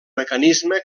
mecanisme